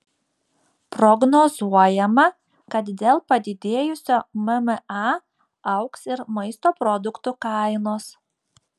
prognozuojama kad dėl padidėjusio mma augs ir maisto produktų kainos